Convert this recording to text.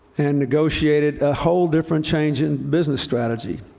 and negotiated a whole different change in business strategy,